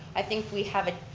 i think we have a,